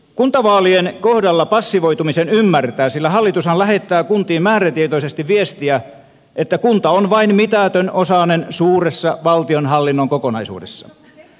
kuntavaalien kohdalla passivoitumisen ymmärtää sillä hallitushan lähettää kuntiin määrätietoisesti viestiä että kunta on vain mitätön osanen suuressa valtionhallinnon kokonaisuudessa